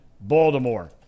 Baltimore